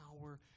power